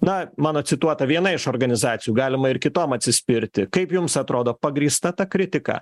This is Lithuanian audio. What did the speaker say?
na mano cituota viena iš organizacijų galima ir kitom atsispirti kaip jums atrodo pagrįsta ta kritika